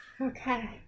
Okay